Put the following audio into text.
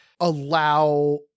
allow